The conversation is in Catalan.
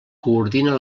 coordina